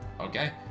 Okay